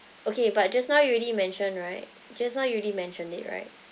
okay but just now you already mentioned right just now you already mentioned it right